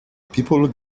people